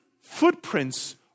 footprints